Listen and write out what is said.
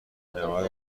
نود